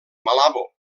malabo